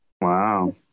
Wow